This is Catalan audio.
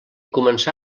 començà